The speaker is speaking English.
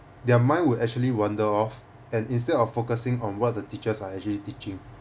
their mind would actually wander off and instead of focusing on what the teachers are actually teaching